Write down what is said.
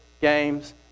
games